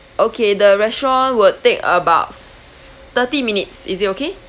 okay the restaurant will take about thirty minutes is it okay